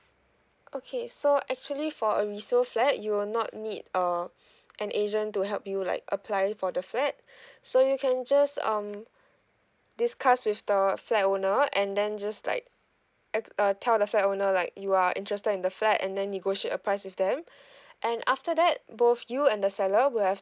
okay so actually for a resale flat you will not need err an agent to help you like apply for the flat so you can just um discuss with the flat owner and then just like act~ uh tell the flat owner like you are interested in the flat and then negotiate a price with them and after that both you and the seller will have